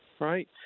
right